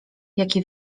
jaki